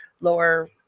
lower